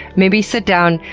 maybe sit down,